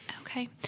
Okay